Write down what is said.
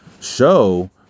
show